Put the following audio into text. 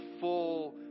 full